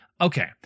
okay